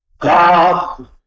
God